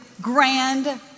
grand